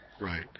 Right